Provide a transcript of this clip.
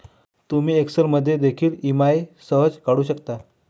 तुम्ही एक्सेल मध्ये देखील ई.एम.आई सहज काढू शकता